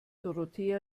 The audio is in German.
dorothea